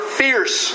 fierce